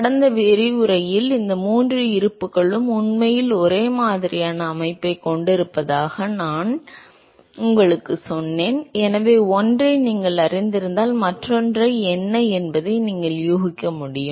கடந்த விரிவுரையில் இந்த மூன்று இருப்புகளும் உண்மையில் ஒரே மாதிரியான அமைப்பைக் கொண்டிருப்பதாக நான் உங்களுக்குச் சொன்னேன் எனவே ஒன்றை நீங்கள் அறிந்திருந்தால் மற்றொன்று என்ன என்பதை நீங்கள் யூகிக்க முடியும்